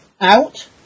out